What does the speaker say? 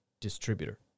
distributor